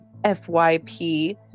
FYP